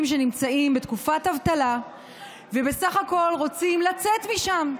שנמצאים בתקופת אבטלה ובסך הכול רוצים לצאת משם,